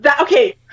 Okay